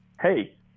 hey